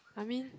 I mean